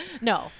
No